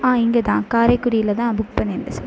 ஆ இங்கேதான் காரைக்குடியில்தான் புக் பண்ணியிருந்தேன் சார்